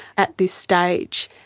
at this stage.